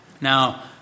Now